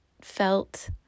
felt